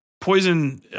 poison